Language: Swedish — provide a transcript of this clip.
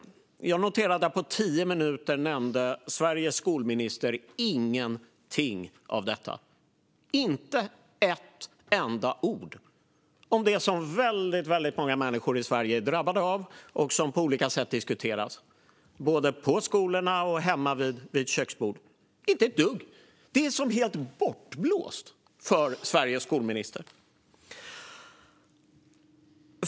Jag noterade att på tio minuter nämnde Sveriges skolminister ingenting av detta. Hon nämnde inte med ett enda ord det som väldigt, väldigt många människor i Sverige är drabbade av och som på olika sätt diskuteras både på skolorna och hemma vid köksborden. Hon sa inte ett dugg om detta - det är som helt bortblåst för Sveriges skolminister!